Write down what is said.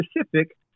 specific